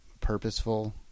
Purposeful